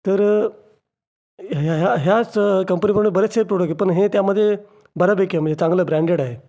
तर ह्या ह्या ह्याच कंपनीप्रमाणे बरेचसे प्रोडक आहे पण हे त्यामध्ये बऱ्यापैकी आहे म्हणजे चांगलं ब्रँडेड आहे